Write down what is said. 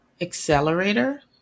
Accelerator